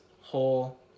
whole